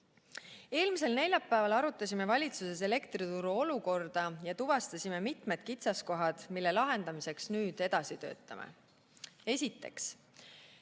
kohas. Eelmisel neljapäeval arutasime valitsuses elektrituru olukorda ja tuvastasime mitmed kitsaskohad, mille lahendamiseks nüüd edasi töötame. Esiteks,